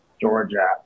Georgia